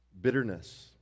Bitterness